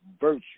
virtue